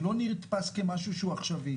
זה לא נתפס כמשהו שהוא עכשווי.